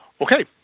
Okay